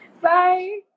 Bye